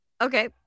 Okay